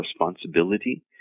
responsibility